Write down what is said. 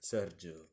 Sergio